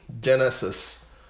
Genesis